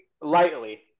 lightly